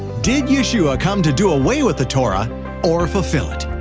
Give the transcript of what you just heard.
did yeshua come to do away with the torah or fulfill it?